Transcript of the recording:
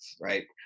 right